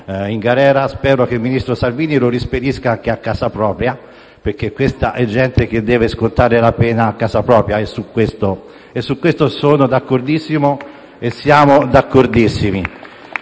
in galera. Spero che il ministro Salvini lo rispedisca a casa propria perché questa è gente che deve scontare la pena a casa propria e su questo sono e siamo d'accordissimo